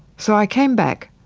so i came back,